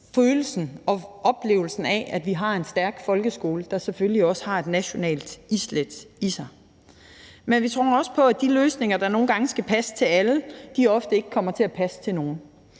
følelsen og oplevelsen af, at vi har en stærk folkeskole, der selvfølgelig også har et nationalt islæt. Men vi tror også på, at de løsninger, der nogle gange skal passe til alle, ofte ikke kommer til at passe til nogen.